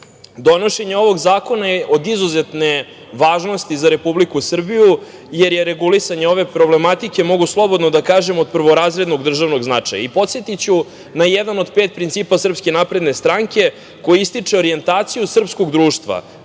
ovog zakona je od izuzetne važnosti za Republiku Srbiju, jer je regulisanje ove problematike, mogu slobodno da kažem, od prvorazrednog državnog značaja. Podsetiću na jedan od pet principa SNS, koji ističe orijentaciju srpskog društva